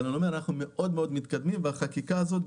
אבל אנחנו מאוד מתקדמים והחקיקה הזאת,